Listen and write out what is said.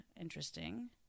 interesting